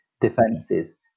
defenses